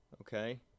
Okay